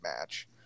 match